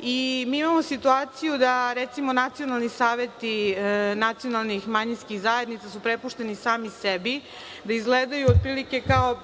Imamo situaciju da nacionalni saveti nacionalnih manjinskih zajednica su prepušteni sami sebi, da izgledaju, otprilike, kao